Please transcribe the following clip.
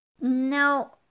now